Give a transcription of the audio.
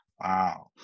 Wow